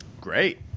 Great